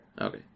Okay